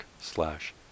slash